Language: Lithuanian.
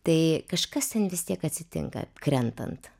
tai kažkas ten vis tiek atsitinka krentant